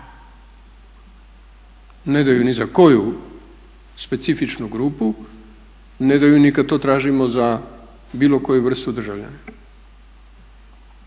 Ne daju ni za koju specifičnu grupu, ne daju ni kad to tražimo za bilo koju vrstu državljana.